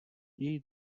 její